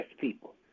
people